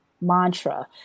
mantra